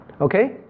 Okay